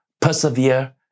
persevere